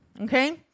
okay